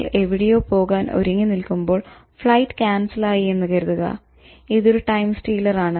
നിങ്ങൾ എവിടെയോ പോകാൻ ഒരുങ്ങി നിൽക്കുമ്പോൾ ഫ്ലൈറ്റ് കാൻസൽ ആയി എന്ന് കരുതുക ഇത് ഒരു ടൈം സ്റ്റീലർ ആണ്